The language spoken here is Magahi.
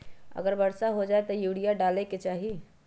अगर वर्षा हो जाए तब यूरिया डाले के चाहि?